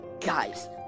guys